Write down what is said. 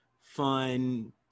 fun